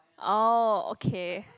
oh okay